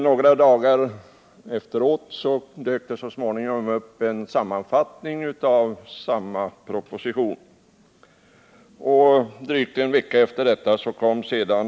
Några dagar efteråt dök det upp en sammanfattning av propositionen, och drygt en vecka senare kom propositionen.